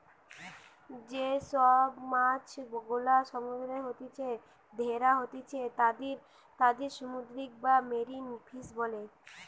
যে সব মাছ গুলা সমুদ্র হইতে ধ্যরা হতিছে তাদির সামুদ্রিক বা মেরিন ফিশ বোলে